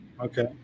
okay